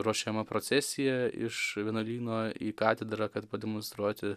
ruošiama procesija iš vienuolyno į katedrą kad pademonstruoti